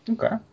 Okay